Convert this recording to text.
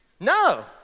no